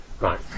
Right